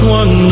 one